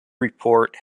report